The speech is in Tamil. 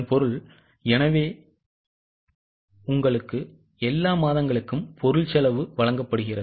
பொருள் உங்களுக்கு எல்லா மாதங்களுக்கும் பொருள் செலவு வழங்கப்படுகிறது